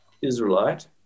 Israelite